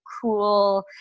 cool